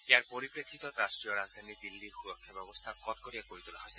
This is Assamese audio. ইয়াৰ পৰিপ্ৰেক্ষিতত ৰাষ্টীয় ৰাজধানী দিল্লীৰ সুৰক্ষা ব্যৱস্থা কটকটীয়া কৰি তোলা হৈছে